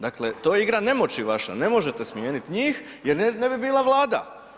Dakle, to je igra nemoći vaše, ne možete smijeniti njih jer ne bi bila Vlada.